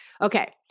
Okay